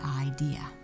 idea